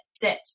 sit